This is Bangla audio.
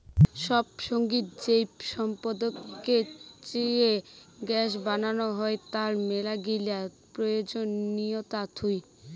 সব সঙ্গত জৈব সম্পদকে চিয়ে গ্যাস বানানো হই, তার মেলাগিলা প্রয়োজনীয়তা থুই